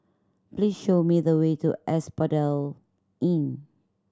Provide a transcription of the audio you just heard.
please show me the way to Asphodel Inn